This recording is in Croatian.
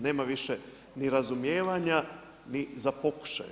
Nema više ni razumijevanja ni za pokušaj.